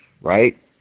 right